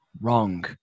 wrong